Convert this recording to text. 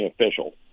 official